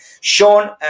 Sean